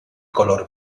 color